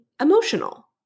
emotional